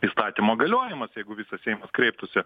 įstatymo galiojimas jeigu visas seimas kreiptųsi